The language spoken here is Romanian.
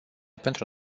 pentru